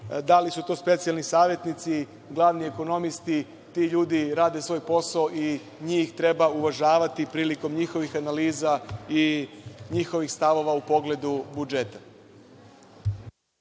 da li su to specijalni savetnici, glavni ekonomisti, ti ljudi rade svoj posao i njih treba uvažavati prilikom njihovih analiza i njihovih stavova u pogledu budžeta.